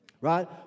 Right